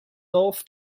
north